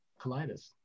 colitis